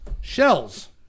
Shells